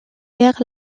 guerre